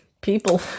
people